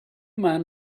man